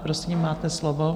Prosím, máte slovo.